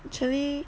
actually